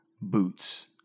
boots